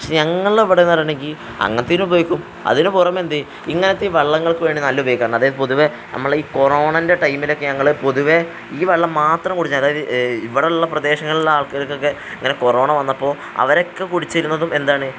പക്ഷെ ഞങ്ങളുടെ ഇവിടെയെന്ന് പറയണമെങ്കിൽ അങ്ങനത്തെ അതിന് ഉപയോഗിക്കും അതിന് പുറമെ എന്ത് ഇങ്ങനത്തെ ഈ വെള്ളങ്ങൾക്കുവേണ്ടി നല്ല ഉപയോഗിക്കാറുണ്ട് അതായത് പൊതുവെ നമ്മളെ ഈ കൊറോണയിൻ്റെ ടൈമിലൊക്കെ ഞങ്ങൾ പൊതുവേ ഈ വെള്ളം മാത്രം കുടിച്ചിന് അതായത് ഇവിടെയുള്ള പ്രദേശങ്ങളിലെ ആൾക്കാർക്കൊക്കെ ഇങ്ങനെ കൊറോണ വന്നപ്പോൾ അവരൊക്കെ കുടിച്ചിരുന്നതും എന്താണ്